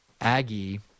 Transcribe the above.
Aggie